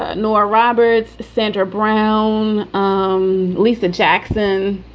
ah nora roberts, senator brown, um lisa jackson,